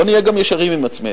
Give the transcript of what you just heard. בוא נהיה גם ישרים עם עצמנו.